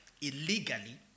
illegally